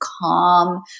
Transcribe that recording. calm